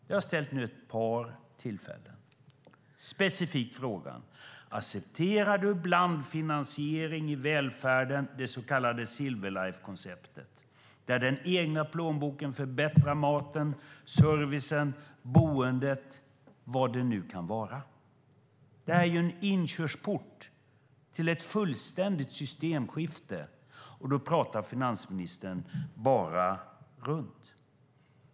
Jag har vid ett par tillfällen ställt den specifika frågan: Accepterar finansministern blandfinansiering i välfärden, det så kallade Silver Life-konceptet, där den egna plånboken förbättrar maten, servicen, boendet och så vidare? Det är en inkörsport till ett fullständigt systemskifte, men finansministern talar bara runt det.